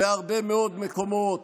בהרבה מאוד מקומות